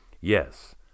Yes